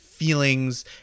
feelings